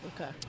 okay